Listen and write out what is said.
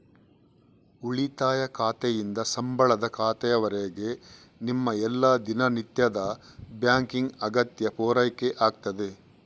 ಉಳಿತಾಯ ಖಾತೆಯಿಂದ ಸಂಬಳದ ಖಾತೆಯವರೆಗೆ ನಿಮ್ಮ ಎಲ್ಲಾ ದಿನನಿತ್ಯದ ಬ್ಯಾಂಕಿಂಗ್ ಅಗತ್ಯ ಪೂರೈಕೆ ಆಗ್ತದೆ